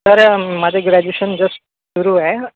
sir माझं graduation just सुरु आहे